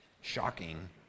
shocking